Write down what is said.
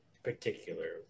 Particular